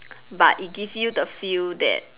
but it gives you the feel that